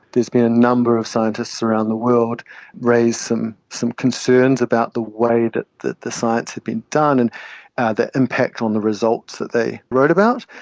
there's been a number of scientists around the world raise some some concerns about the way that the science had been done, and the impact on the results that they wrote about.